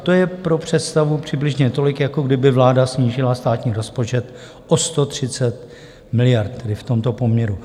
To je pro představu přibližně tolik, jako kdyby vláda snížila státní rozpočet o 130 miliard, tedy v tomto poměru.